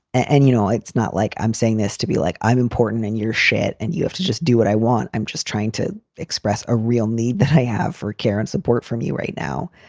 and, you know, it's not like i'm saying this to be like i'm important and you're shit and you have to just do what i want. i'm just trying to express a real need that i have for care and support for me right now.